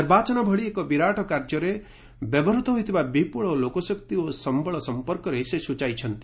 ନିର୍ବାଚନ ଭଳି ଏକ ବିରାଟ କାର୍ଯ୍ୟରେ ବ୍ୟବହୃତ ହୋଇଥିବା ବିପୁଳ ଲୋକଶକ୍ତି ଓ ସଂବଳ ସଂପର୍କରେ ସେ ସ୍ୟଚାଇଛନ୍ତି